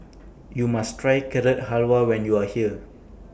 YOU must Try Carrot Halwa when YOU Are here